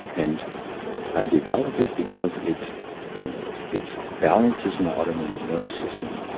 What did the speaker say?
and i develop it because it it balances my autonomic nervous system.